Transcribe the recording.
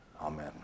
Amen